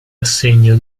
assegno